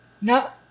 No